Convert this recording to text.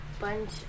bunch